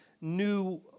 new